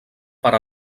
per